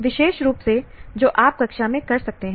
विशेष रूप से जो आप कक्षा में कर सकते हैं